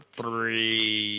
three